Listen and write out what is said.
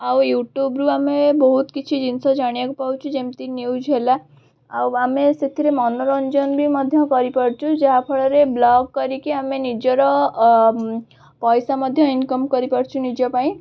ଆଉ ୟୁଟ୍ୟୁବରୁ ଆମେ ବହୁତ କିଛି ଜିନିଷ ଜାଣିବାକୁ ପାଉଛୁ ଯେମତି ନ୍ୟୁଜ୍ ହେଲା ଆଉ ଆମେ ସେଥିରେ ମନୋରଞ୍ଜନ ବି ମଧ୍ୟ କରିପାରୁଛୁ ଯାହାଫଳରେ ବ୍ଲୋଗ୍ କରିକି ଆମେ ନିଜର ପଇସା ମଧ୍ୟ ଇନକମ୍ କରିପାରୁଛୁ ନିଜ ପାଇଁ